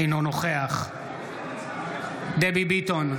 אינו נוכח דבי ביטון,